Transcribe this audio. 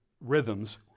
rhythms